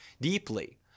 deeply